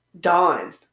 Dawn